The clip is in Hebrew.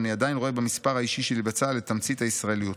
אני עדיין רואה במספר האישי שלי בצה"ל את תמצית הישראליות.